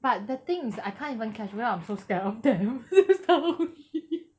but the thing is I can't even catch because I'm so scared of them it's not for me